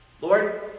Lord